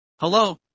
Hello